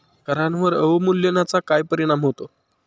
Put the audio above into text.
करांवर अवमूल्यनाचा काय परिणाम होतो?